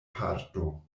parto